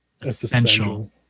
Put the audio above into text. essential